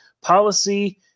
policy